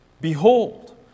Behold